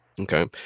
Okay